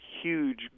huge